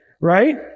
right